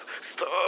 Stop